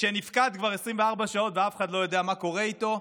שנפקד כבר 24 שעות ואף אחד לא יודע מה קורה איתו.